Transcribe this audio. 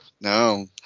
No